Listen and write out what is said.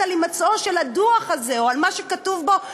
על הימצאותו של הדוח הזה או על מה שכתוב בו,